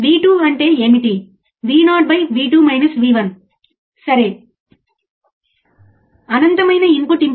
ఈ పట్టిక లో ఇన్పుట్ ఆఫ్సెట్ వోల్టేజ్ను లెక్కించి మరియు పట్టికలో విలువను రికార్డ్ చేయండి ఇది చాలా సులభం